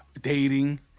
dating